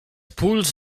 puls